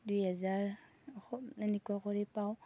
দুই হেজাৰ এনেকুৱা কৰি পাওঁ